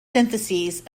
syntheses